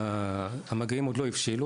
המגעים עוד לא הבשילו,